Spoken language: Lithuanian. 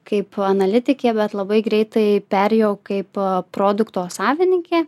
kaip analitikė bet labai greitai perėjau kaip produkto savininkė